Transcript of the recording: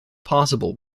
possible